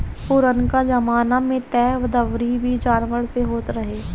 पुरनका जमाना में तअ दवरी भी जानवर से होत रहे